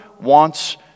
wants